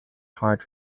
hard